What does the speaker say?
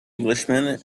englishman